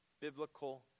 biblical